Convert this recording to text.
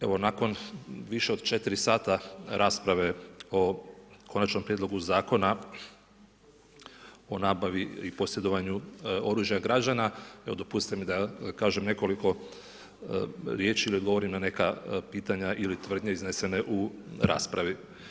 Evo, nakon više od 4 h rasprave o Konačnom prijedlogu Zakona o nabavi i posjedovanju oružja građana, dopustite mi da kažem nekoliko riječi ili odgovorim na neka pitanja ili tvrdnje izneseni u raspravi.